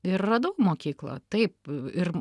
ir radau mokyklą taip ir